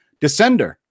Descender